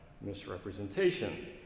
misrepresentation